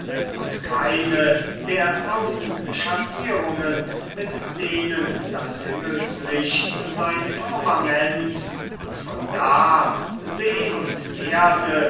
und keine der tausend schattierungen mit denen das himmelslicht sein firmament und von da see und erde